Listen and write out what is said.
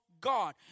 God